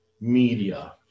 media